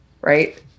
right